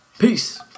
Peace